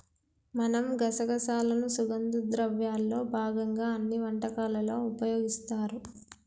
మనం గసగసాలను సుగంధ ద్రవ్యాల్లో భాగంగా అన్ని వంటకాలలో ఉపయోగిస్తారు